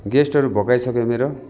गेस्टहरू भोकाइसक्यो मेरो